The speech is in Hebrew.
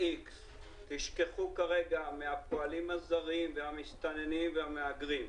תשכחו רגע מכל הפועלים הזרים, המסתננים והמהגרים.